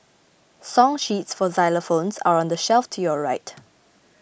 song sheets for xylophones are on the shelf to your right